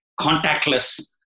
Contactless